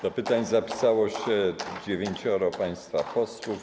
Do pytań zapisało się dziewięcioro państwa posłów.